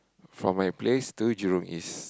from my place to Jurong-East